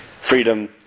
freedom